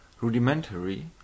Rudimentary